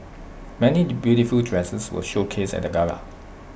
many beautiful dresses were showcased at the gala